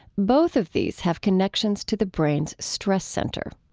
both of these have connections to the brain's stress center.